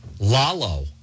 Lalo